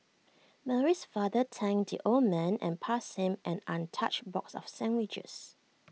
Mary's father thanked the old man and passed him an untouched box of sandwiches